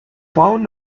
found